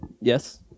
Yes